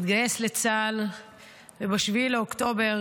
התגייס לצה"ל וב-7 באוקטובר,